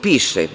Piše.